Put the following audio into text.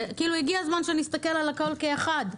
הגיע הזמן שנסתכל על הכול כאחד.